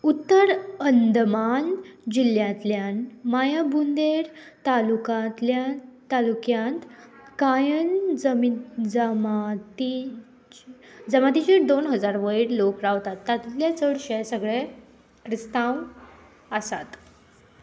उत्तर अंदमान जिल्ल्यांतल्यान मायाबुंदेर तालुकांतल्या तालुक्यांत कांय जमी जमाती जमातीचेर दोन हजार वयर लोक रावतात तातूंतले चडशे सगळे क्रिस्तांव आसात